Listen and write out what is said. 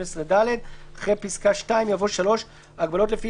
12ד"; (2)אחרי פסקה (2) יבוא: "(3)ההגבלות לפי